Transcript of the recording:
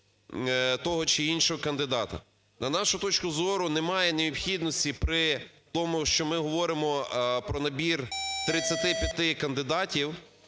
того чи іншого кандидата. На нашу точку зору, немає необхідності при тому, що ми говоримо про набір 35 кандидатів